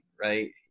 right